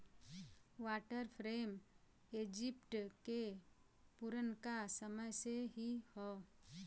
water frame Egypt के पुरनका समय से ही हौ